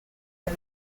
and